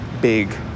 big